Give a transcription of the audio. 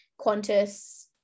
Qantas